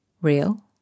real